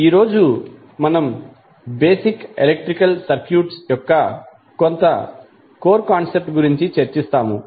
ఈ రోజు మనం బేసిక్ ఎలక్ట్రికల్ సర్క్యూట్ యొక్క కొంత కోర్ కాన్సెప్ట్ గురించి చర్చిస్తాము